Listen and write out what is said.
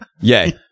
Yay